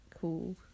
cool